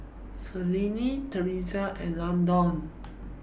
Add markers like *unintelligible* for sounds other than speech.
Selene *unintelligible* and Landon